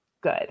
good